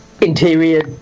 Interior